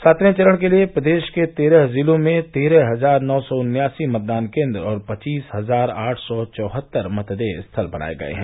सातवें चरण के लिये प्रदेश के तेरह जिलों में तेरह हजार नौ सौ उन्यासी मतदान केन्द्र और पवीस हजार आठ सौ चौहत्तर मतदेय स्थल बनाये गये हैं